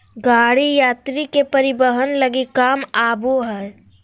गाड़ी यात्री के परिवहन लगी काम आबो हइ